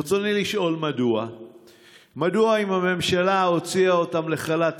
רצוני לשאול: 1. מדוע אם הממשלה הוציאה אותם לחל"ת